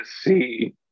see